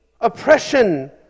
oppression